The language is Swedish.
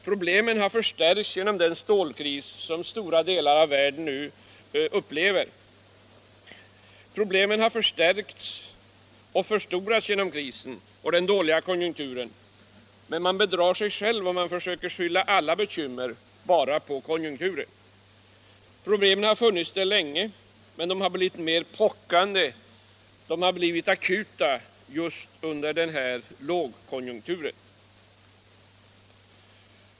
Problemen har förstärkts genom den stålkris som stora delar av världen nu upplever. Problemen förstärks och förstoras genom krisen och den dåliga konjunkturen, men man bedrar sig själv om man försöker skylla alla bekymmer bara på konjunkturen. Problemen har funnits där länge, men de har blivit mera pockande, blivit akuta just genom konjunkturnedgången.